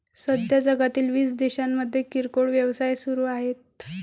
सध्या जगातील वीस देशांमध्ये किरकोळ व्यवसाय सुरू आहेत